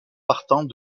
partant